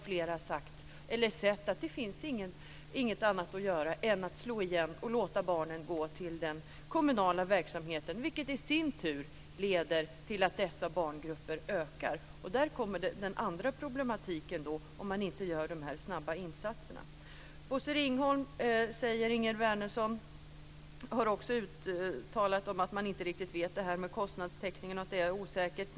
Flera har sett att det inte finns något annat att göra än att slå igen och låta barnen gå till den kommunala verksamheten, vilket i sin tur leder till att barngruppernas storlek där ökar. Där uppstår den andra problematiken om man inte gör sådana här snabba insatser. Ingegerd Wärnersson säger också att Bosse Ringholm har talat om att kostnadstäckningen är osäker.